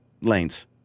lanes